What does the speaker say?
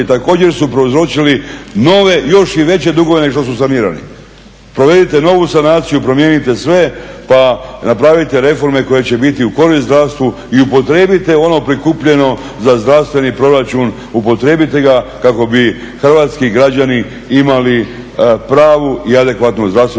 također su prouzročili nove još i veće dugove nego što su sanirali. Provedite novu sanaciju, promijenite sve pa napravite reforme koje će biti u korist zdravstvu i upotrijebite ono prikupljeno za zdravstveni proračun, upotrijebite ga kako bi hrvatski građani imali pravu i adekvatnu zdravstvenu